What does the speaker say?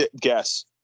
Guess